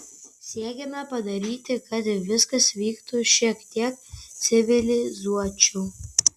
siekiame padaryti kad viskas vyktų šiek tiek civilizuočiau